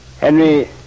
Henry